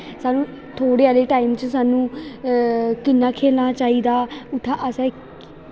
थोह्ड़े हारे टैम च सानूं कि'यां खेलना चाहिदा उत्थै सानूं